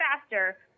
faster